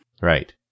Right